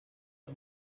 los